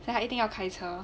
then 他一定要开车